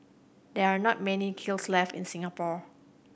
there are not many kilns left in Singapore